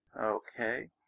Okay